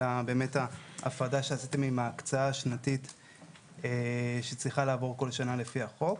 אלא באמת ההפרדה שעשיתם עם ההקצאה השנתית שצריכה לעבור כל שנה לפי החוק.